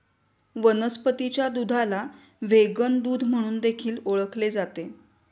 वनस्पतीच्या दुधाला व्हेगन दूध म्हणून देखील ओळखले जाते